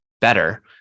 better